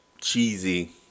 cheesy